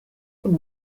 con